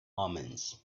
omens